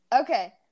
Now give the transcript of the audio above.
Okay